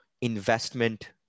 investment